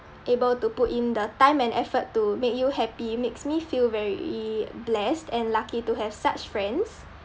able to put in the time and effort to make you happy makes me feel very blessed and lucky to have such friends